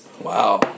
wow